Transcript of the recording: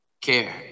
care